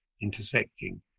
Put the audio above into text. intersecting